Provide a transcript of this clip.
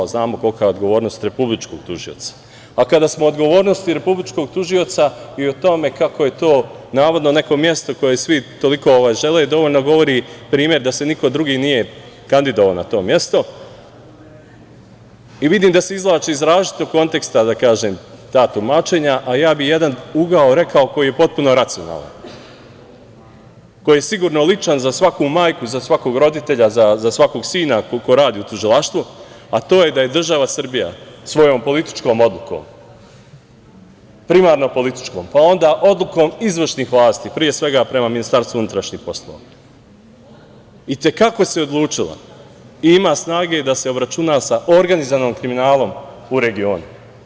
Znamo kolika je odgovornost Republičkog tužioca, a kada smo kod odgovornosti Republičkog tužioca i o tome kako je to navodno neko mesto koje svi toliko žele, dovoljno govori primer da se niko drugi nije kandidovao na to mesto i vidim da se izvlače iz različitog konteksta, da kažem, ta tumačenja, a ja bih jedan ugao rekao koji je potpuno racionalan, koji je sigurno ličan za svaku majku, za svakog roditelja, za svakog sina, ko radi u tužilaštvu, a to je da je država Srbija svojom političkom odlukom, primarno političkom, pa onda odlukom izvršnih vlasti, pre svega, prema MUP i te kako se odlučila i ima snage da se obračuna sa organizovanim kriminalom u regionu.